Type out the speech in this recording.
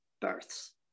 births